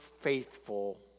faithful